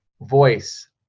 voice